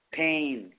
pain